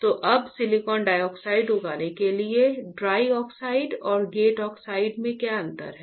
तो अब silicon dioxide उगाने के लिए ड्राई ऑक्साइड और गेट ऑक्साइड में क्या अंतर है